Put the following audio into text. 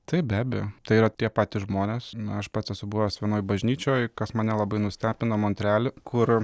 taip be abejo tai yra tie patys žmonės na aš pats esu buvęs vienoj bažnyčioj kas mane labai nustebino montrealy kur